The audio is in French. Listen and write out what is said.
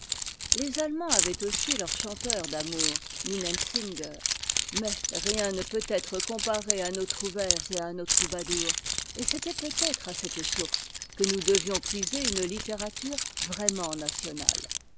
les allemands avaient aussi leurs chanteurs d'amour hmmm e mais rien ne peut être comparé à nos trouvères et à nos troubadours et c'était peut-être à cette source que nous devions puiser une littérature vraiment nationale